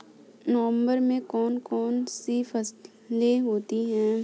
नवंबर में कौन कौन सी फसलें होती हैं?